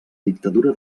dictadura